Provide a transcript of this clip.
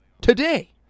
today